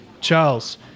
Charles